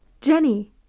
Jenny